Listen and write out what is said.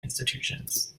institutions